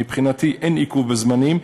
מבחינתי אין עיכוב בזמנים,